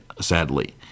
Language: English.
sadly